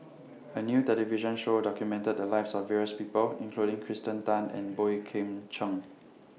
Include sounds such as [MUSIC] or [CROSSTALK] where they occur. [NOISE] A New television Show documented The Lives of various People including Kirsten Tan and Boey Kim Cheng